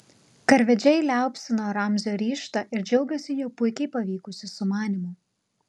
karvedžiai liaupsino ramzio ryžtą ir džiaugėsi jo puikiai pavykusiu sumanymu